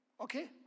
Okay